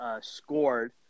scored